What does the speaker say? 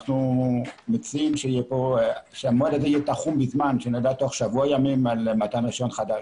אנחנו מציעים שנדע תוך שבוע ימים על מתן רישיון חדש.